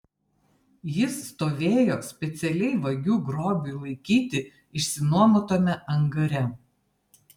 jis stovėjo specialiai vagių grobiui laikyti išsinuomotame angare